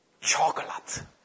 chocolate